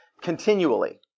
continually